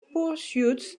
pursuits